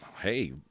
hey